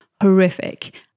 horrific